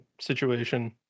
situation